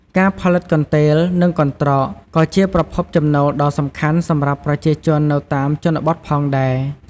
ការផលិតកន្ទេល និងកន្ត្រកក៏ជាប្រភពចំណូលដ៏សំខាន់សម្រាប់ប្រជាជននៅតាមជនបទផងដែរ។